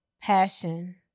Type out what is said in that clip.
passion